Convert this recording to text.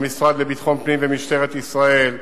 המשרד לביטחון פנים ומשטרת ישראל,